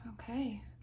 Okay